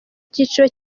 cyiciro